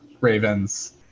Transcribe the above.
Ravens